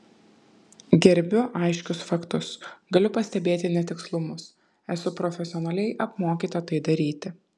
gerbiu aiškius faktus galiu pastebėti netikslumus esu profesionaliai apmokyta tai daryti